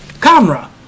camera